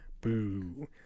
Boo